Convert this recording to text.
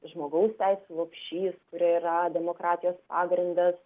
žmogaus teisių lopšyskuri yra demokratijos pagrindas